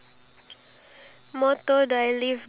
iya loyal to your partner